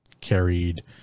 carried